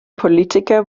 politiker